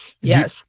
yes